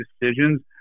decisions